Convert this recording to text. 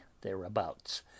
thereabouts